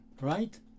Right